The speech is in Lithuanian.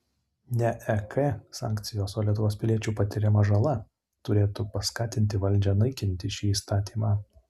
ne ek sankcijos o lietuvos piliečių patiriama žala turėtų paskatinti valdžią naikinti šį įstatymą